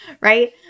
right